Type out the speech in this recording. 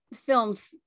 films